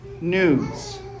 news